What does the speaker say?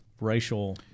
racial